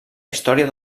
història